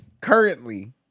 Currently